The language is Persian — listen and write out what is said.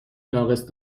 ناقص